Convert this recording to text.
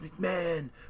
McMahon